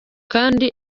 kandi